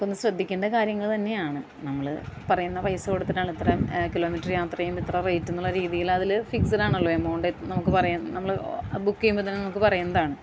ഇതൊക്കെ ശ്രദ്ധിക്കണ്ട കാര്യങ്ങൾ തന്നെയാണ് നമ്മൾ പറയുന്ന പൈസ കൊടുത്തിട്ടാണ് ഇത്രയും കിലോമീറ്റർ യാത്ര ചെയ്യുമ്പം ഇത്ര റേറ്റ് എന്നുള്ള രീതിയിലതിൽ ഫിക്സഡ് ആണല്ലോ എമൗണ്ട് നമുക്ക് പറയാം നമ്മൾ ബുക്ക് ചെയ്യുമ്പം തന്നെ നമുക്ക് പറയുന്നതാണ്